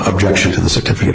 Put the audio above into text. objection to the certificate